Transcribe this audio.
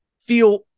feel